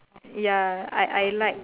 ya I I like